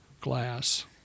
glass